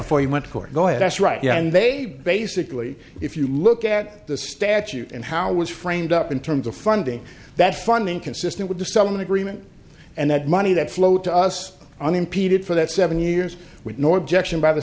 before you went to court go ahead that's right yeah and they basically if you look at the statute and how was framed up in terms of funding that funding consistent with the sun agreement and that money that flowed to us unimpeded for that seven years with no objection by the